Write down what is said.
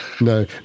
No